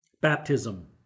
Baptism